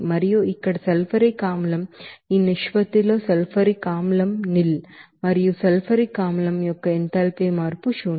మరియు ఇక్కడ sulphuric acid ఈ నిష్పత్తి లో సల్ఫ్యూరిక్ ಆಸಿಡ್ నిల్ మరియు ఆ సల్ఫ్యూరిక్ ಆಸಿಡ್ యొక్క ఎంథాల్పీ మార్పు శూన్యం